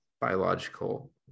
biological